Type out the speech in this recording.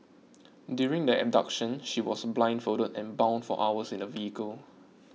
during the abduction she was blindfolded and bound for hours in a vehicle